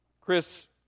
Chris